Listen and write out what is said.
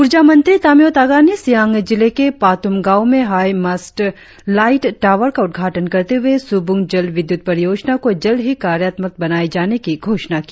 ऊर्जा मंत्री तामियों तागा ने सियांग जिले के पातुम गांव में हाई मस्त लाईट टावर का उद्घाटन करते हुए सुबुंग जल विद्युत परियोजना को जल्द ही कार्यात्मक बनाए जाने की घोषणा की